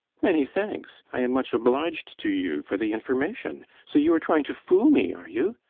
many thanks! i am much obliged to you for the information. so you are trying to fool me, are you?